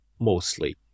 mostly